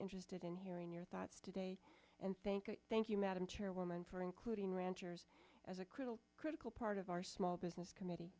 interested in hearing your thoughts today and thank you madam chairwoman for including ranters as a critical critical part of our small business committee